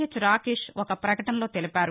H Rakesh ఒక పకటనలో తెలిపారు